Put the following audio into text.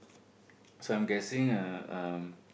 so I'm guessing uh um